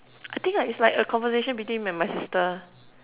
I think I it's like a conversation between me and my sister